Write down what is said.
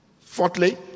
Fourthly